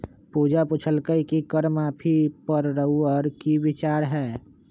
पूजा पुछलई कि कर माफी पर रउअर कि विचार हए